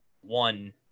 one